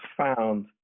found